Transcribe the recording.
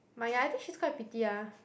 but ya I think she's quite pretty ah